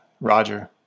roger